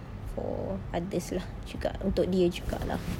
for others lah juga untuk dia juga lah